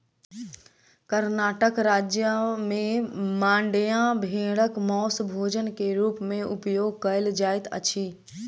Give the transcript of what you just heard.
कर्णाटक राज्य में मांड्या भेड़क मौस भोजन के रूप में उपयोग कयल जाइत अछि